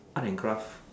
art and craft